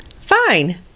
Fine